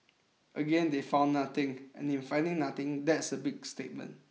again they found nothing and in finding nothing that's a big statement